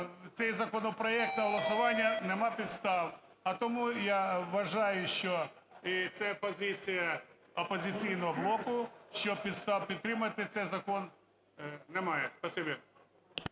цей законопроект та голосування нема підстав. А тому я вважаю, що, і це позиція "Опозиційного блоку", що підстав підтримати цей закон немає.